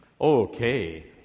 Okay